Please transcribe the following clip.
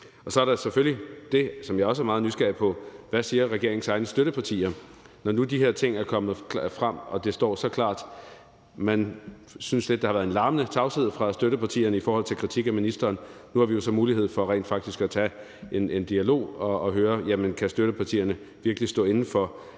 Så er der selvfølgelig det, som jeg også er meget nysgerrig på: Hvad siger regeringens egne støttepartier, når nu de her ting er kommet frem og det står så klart? Man synes lidt, der har været larmende tavshed fra støttepartierne i forhold til at give kritik af ministeren. Nu har vi jo så mulighed for rent faktisk at tage en dialog og høre: Jamen kan støttepartierne virkelig stå inde for,